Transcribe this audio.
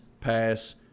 pass